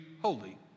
holy